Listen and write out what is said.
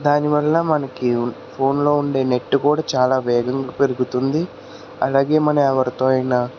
దాని వల్ల మనకి ఫోన్లో ఉండే నెట్ కూడా చాలా వేగంగా పెరుగుతుంది అలాగే మనం ఎవరితో అయినా